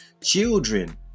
children